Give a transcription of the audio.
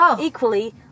equally